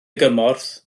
gymorth